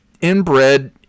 inbred